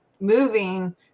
moving